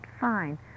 fine